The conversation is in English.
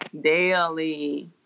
Daily